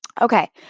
Okay